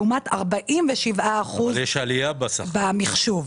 לעומת 47% במחשוב.